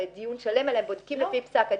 דיון שלם אלא הם רק יבדקו לפי פסק הדין,